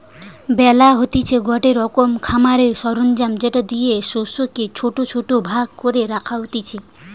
বেলার হতিছে গটে রকমের খামারের সরঞ্জাম যেটা দিয়ে শস্যকে ছোট ছোট ভাগ করে রাখা হতিছে